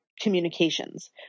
communications